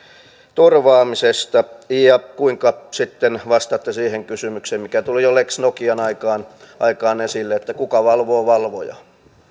turvaamisesta ja kuinka sitten vastaatte siihen kysymykseen mikä tuli jo lex nokian aikaan aikaan esille että kuka valvoo valvojaa